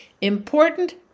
important